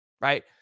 right